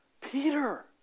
Peter